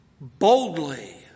boldly